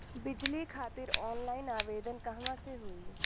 बिजली खातिर ऑनलाइन आवेदन कहवा से होयी?